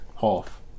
Half